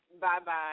Bye-bye